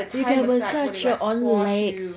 you can massage your own legs